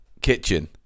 Kitchen